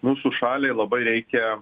mūsų šaliai labai reikia